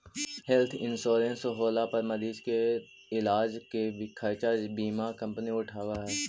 health insurance होला पर मरीज के इलाज के खर्चा बीमा कंपनी उठावऽ हई